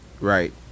Right